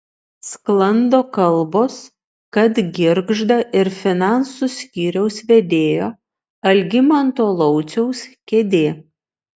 sklando kalbos kad girgžda ir finansų skyriaus vedėjo algimanto lauciaus kėdė